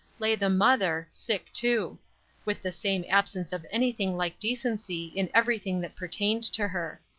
lay the mother, sick too with the same absence of anything like decency in everything that pertained to her.